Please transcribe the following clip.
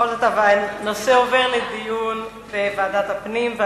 הנושא עובר לדיון בוועדת הפנים.